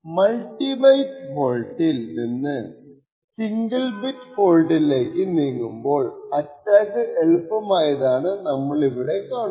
multibyte ഫോൾട്ടിൽ നിന്ന് single bit ഫോൾട്ടിലേക്ക് നീങ്ങുമ്പോൾ അറ്റാക്ക് എളുപ്പമായതായാണ് നമ്മൾ ഇവിടെ കാണുന്നത്